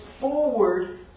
forward